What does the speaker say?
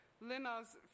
Lina's